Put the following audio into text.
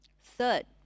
Third